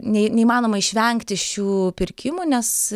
ne neįmanoma išvengti šių pirkimų nes